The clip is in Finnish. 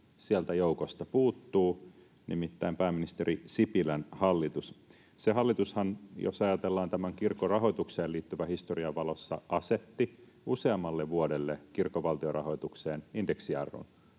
sieltä joukosta puuttuu, nimittäin pääministeri Sipilän hallitus. Se hallitushan, jos ajatellaan kirkon rahoitukseen liittyvän historian valossa, asetti useammalle vuodelle kirkon valtionrahoitukseen indeksijarrun,